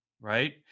right